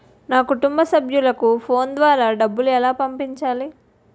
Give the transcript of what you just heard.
నా కుటుంబ సభ్యులకు ఫోన్ ద్వారా డబ్బులు ఎలా పంపించాలి?